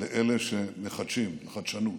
לאלה שמחדשים, לחדשנות.